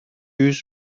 yüz